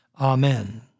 Amen